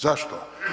Zašto?